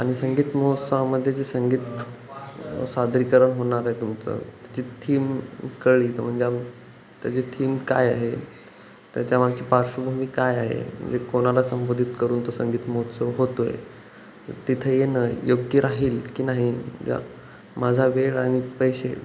आणि संगीत महोत्सवामध्ये जे संगीत सादरीकरण होणारे तुमचं तिची थीम कळली तर म्हणजे आम त्याची थीम काय आहे त्याच्यामागची पार्श्वभूमी काय आहे म्हणजे कोणाला संबोधित करून तो संगीत महोत्सव होतो आहे तिथे येणं योग्य राहील की नाही या माझा वेळ आणि पैसे